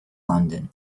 london